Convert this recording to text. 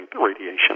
radiation